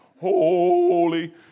Holy